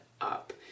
up